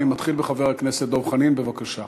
אני מתחיל בחבר הכנסת דב חנין, בבקשה.